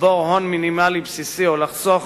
לצבור הון מינימלי בסיסי או לחסוך